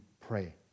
pray